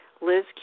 Liz